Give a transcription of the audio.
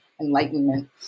enlightenment